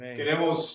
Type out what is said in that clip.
Queremos